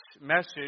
message